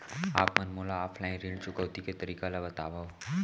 आप मन मोला ऑफलाइन ऋण चुकौती के तरीका ल बतावव?